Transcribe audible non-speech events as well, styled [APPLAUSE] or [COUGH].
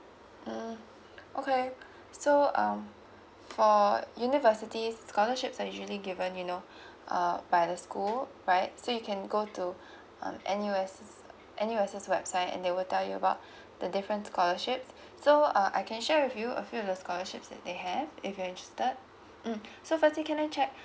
mm okay so um for universities scholarships are usually given you know [BREATH] uh by the school right so you can go to [BREATH] uh N_U_S N_U_S's website and they will tell you about [BREATH] the different scholarships [BREATH] so uh I can share with you a few of the scholarships that they have if you're interested mm so firstly can I check